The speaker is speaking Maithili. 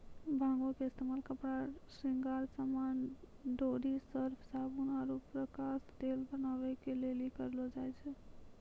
भांगो के इस्तेमाल कपड़ा, श्रृंगार समान, डोरी, सर्फ, साबुन आरु प्रकाश तेल बनाबै के लेली करलो जाय छै